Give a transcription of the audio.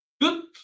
good